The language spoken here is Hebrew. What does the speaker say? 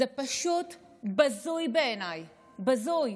זה פשוט בזוי בעיניי, בזוי.